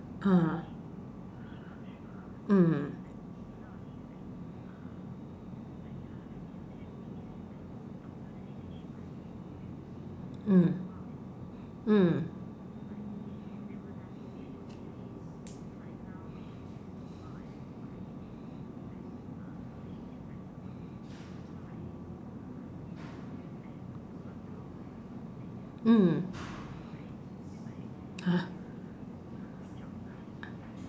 ah mm mm mm mm !huh!